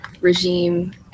regime